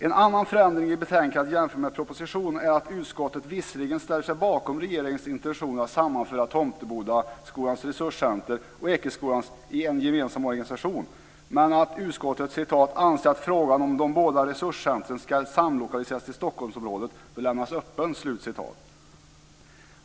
En annan förändring i betänkandet jämfört med propositionen är att utskottet visserligen ställer sig bakom regeringens intentioner att sammanföra Tomtebodaskolans resurscenter och Ekeskolans i en gemensam organisation men att utskottet "anser att frågan om de båda resurscentren skall samlokaliseras till Stockholmsområdet bör lämnas öppen".